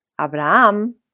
Abraham